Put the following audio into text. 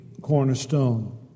cornerstone